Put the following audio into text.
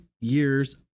years